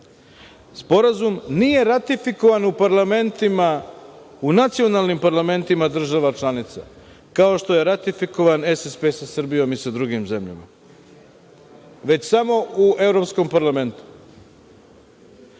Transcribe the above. Sporazum nije ratifikovan u nacionalnim parlamentima država članica, kao što je ratifikovan SSP sa Srbijom i sa drugim zemljama, već samo u Evropskom parlamentu. Znači,